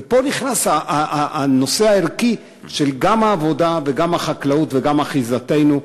ופה נכנס הנושא הערכי גם של העבודה וגם של החקלאות וגם של אחיזתנו.